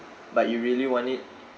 but you really want it